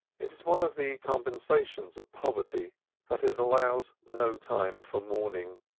it is one of the compensations of poverty that it allows no time for mourning.